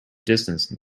distance